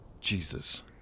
Jesus